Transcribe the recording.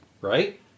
Right